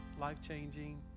life-changing